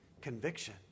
conviction